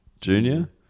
Junior